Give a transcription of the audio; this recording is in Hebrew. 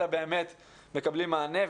אלא באמת מקבלים מענה,